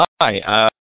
Hi